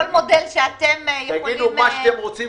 כל מודל שאתם יכולים --- תגידו מה שאתם רוצים,